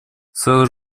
сразу